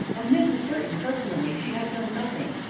of mrs. burton personally she had known nothing,